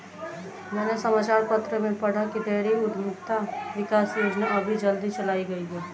मैंने समाचार पत्र में पढ़ा की डेयरी उधमिता विकास योजना अभी जल्दी चलाई गई है